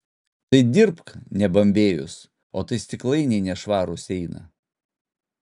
tai dirbk nebambėjus o tai stiklainiai nešvarūs eina